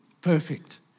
perfect